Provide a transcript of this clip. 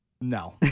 No